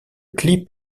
clip